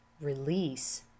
release